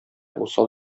усал